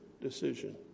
decision